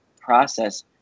process